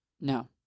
No